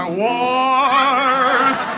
wars